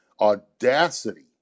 audacity